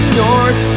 north